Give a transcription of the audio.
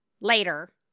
later